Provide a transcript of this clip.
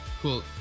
Cool